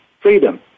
freedom